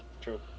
True